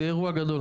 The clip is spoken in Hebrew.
זה אירוע גדול.